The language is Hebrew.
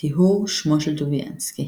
טיהור שמו של טוביאנסקי